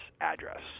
address